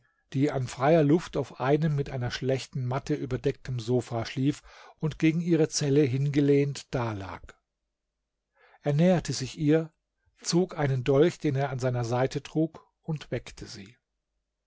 die an freier luft auf einem mit einer schlechten matte überdeckten sofa schlief und gegen ihre zelle hingelehnt dalag er näherte sich ihr zog einen dolch den er an seiner seite trug und weckte sie